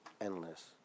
Endless